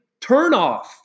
turnoff